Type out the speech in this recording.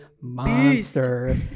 monster